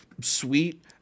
sweet